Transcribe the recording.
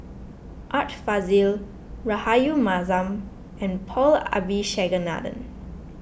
Art Fazil Rahayu Mahzam and Paul Abisheganaden